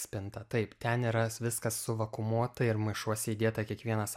spintą taip ten yra viskas suvakuumuota ir maišuose įdėta kiekvienas